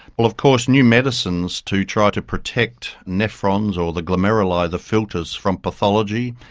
of course new medicines to try to protect nephrons or the glomeruli, the filters, from pathology,